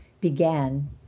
began